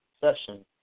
session